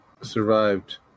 survived